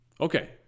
Okay